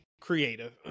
creative